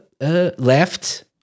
Left